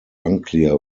unclear